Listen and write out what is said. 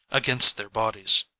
against their bodies.